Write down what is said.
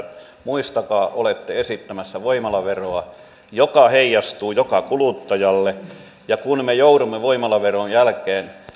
muistakaa olette esittämässä voimalaveroa joka heijastuu joka kuluttajalle ja kun me joudumme voimalaveron jälkeen